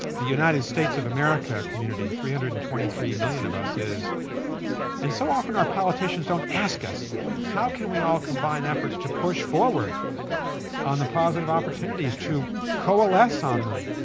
the united states of america community, three hundred and twenty three million of us, is and so often our politicians don't ask us how can we all combine efforts to push forward on the positive opportunities, to coalesce on them,